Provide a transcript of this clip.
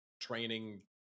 training